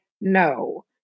No